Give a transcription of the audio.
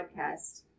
podcast